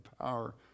power